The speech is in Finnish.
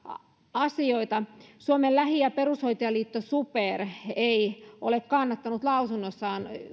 asioita suomen lähi ja perushoitajaliitto super ei ole kannattanut lausunnossaan